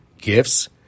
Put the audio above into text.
gifts